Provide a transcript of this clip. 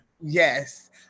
Yes